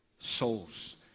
Souls